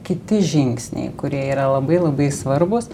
kiti žingsniai kurie yra labai labai svarbūs